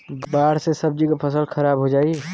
बाढ़ से सब्जी क फसल खराब हो जाई